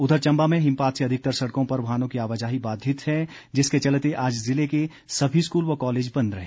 उधर चंबा में हिमपात से अधिकतर सड़कों पर वाहनों की आवाजाही बाधित है जिसके चलते आज जिले के सभी स्कूल व कॉलेज बंद रहे